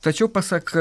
tačiau pasak